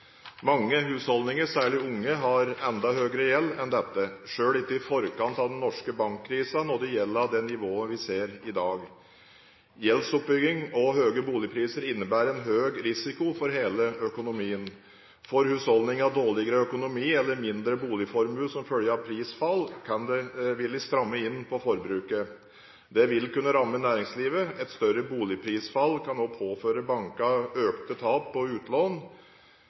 Mange husholdninger, særlig unge, har enda høyere gjeld enn dette. Selv ikke i forkant av den norske bankkrisen nådde gjelden det nivået vi ser i dag. Gjeldsoppbygging og høye boligpriser innebærer høy risiko for hele økonomien. Får husholdningene dårligere økonomi eller mindre boligformue som følge av prisfall, vil de stramme inn på forbruket. Det vil kunne ramme næringslivet. Et større boligprisfall kan også påføre bankene økte tap på utlån